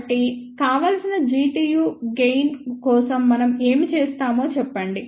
కాబట్టి కావలసిన Gtu gain కోసం మనం ఏమి చేస్తామో చెప్పండి